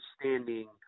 standing